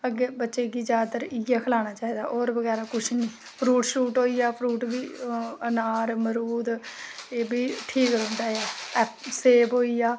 अग्गें बच्चें गी इयै खलाना चाहिदा होर बगैरा कक्ख निं फ्रूट होइया फ्रूट बी अनार मरूद एह्बी ठीक रौहंदे सेब होइया